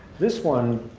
this one